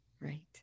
right